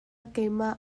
keimah